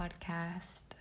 podcast